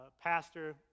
pastor